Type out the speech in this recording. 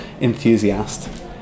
enthusiast